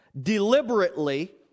deliberately